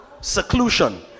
seclusion